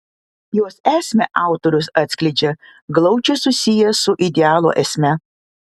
jos esmę autorius atskleidžia glaudžiai susiejęs su idealo esme